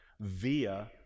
via